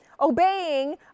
Obeying